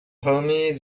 homies